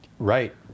right